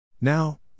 Now